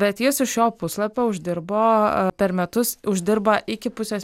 bet jis iš šio puslapio uždirbo per metus uždirba iki pusės